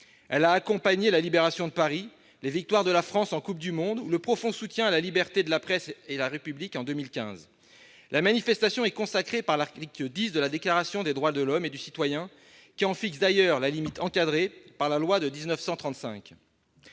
Elle a accompagné la libération de Paris, les victoires de la France en Coupe du Monde ou le profond soutien à la liberté de la presse et à la République exprimé en 2015. Le droit de manifester est consacré par l'article X de la Déclaration des droits de l'homme et du citoyen, qui en fixe d'ailleurs la limite, encadré par la loi de 1935.